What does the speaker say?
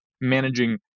managing